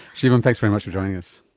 shivam, thanks very much for joining us.